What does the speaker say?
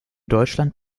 deutschland